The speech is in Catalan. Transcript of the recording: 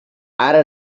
ara